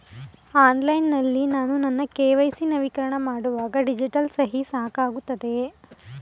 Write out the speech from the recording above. Online ನಲ್ಲಿ ನಾನು ನನ್ನ ಕೆ.ವೈ.ಸಿ ನವೀಕರಣ ಮಾಡುವಾಗ ಡಿಜಿಟಲ್ ಸಹಿ ಸಾಕಾಗುತ್ತದೆಯೇ?